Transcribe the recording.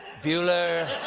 bueller?